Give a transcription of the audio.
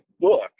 book